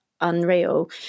unreal